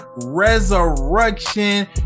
Resurrection